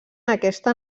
aquesta